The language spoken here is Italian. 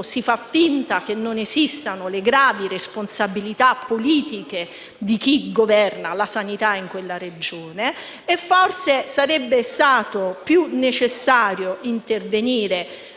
si fa finta che non esistano gravi responsabilità politiche di chi governa la sanità in quella Regione. Forse sarebbe stato maggiormente necessario intervenire